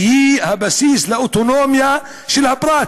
שהיא הבסיס לאוטונומיה של הפרט